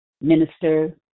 Minister